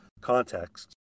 contexts